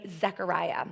Zechariah